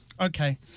Okay